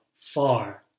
far